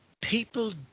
people